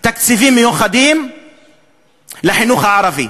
תקציבים מיוחדים לחינוך הערבי,